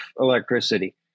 electricity